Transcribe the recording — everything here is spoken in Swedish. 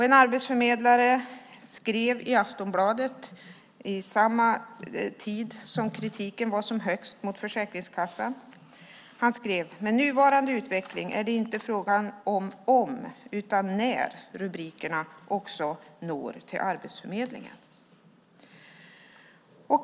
En arbetsförmedlare skrev i Aftonbladet under den tid då kritiken var som starkast mot Försäkringskassan: Med nuvarande utveckling är det inte fråga om om utan när rubrikerna också når till Arbetsförmedlingen.